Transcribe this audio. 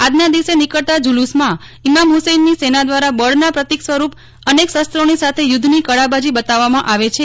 આજના દિવસે નિકળતા જૂલુસમાં ઈમામ હુસેનની સેના દવારા બળતા જીવીક સ્વરૂપ અનેક શ સ્ત્રોની સાથે યુધ્ધની કળાબાજી બતાવવામાં આવે છે